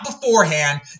beforehand